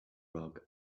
rug